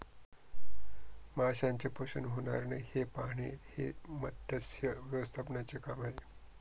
माशांचे शोषण होणार नाही हे पाहणे हे मत्स्य व्यवस्थापनाचे काम आहे